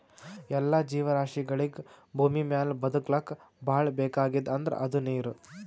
ಎಲ್ಲಾ ಜೀವರಾಶಿಗಳಿಗ್ ಭೂಮಿಮ್ಯಾಲ್ ಬದಕ್ಲಕ್ ಭಾಳ್ ಬೇಕಾಗಿದ್ದ್ ಅಂದ್ರ ಅದು ನೀರ್